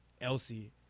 Elsie